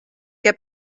què